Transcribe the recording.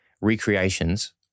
recreations